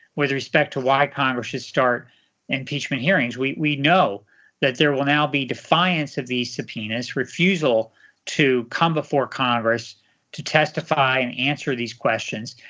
with respect to why congress should start impeachment hearings. we we know that there will now be defiance of these subpoenas, refusal to come before congress to testify and answer these questions,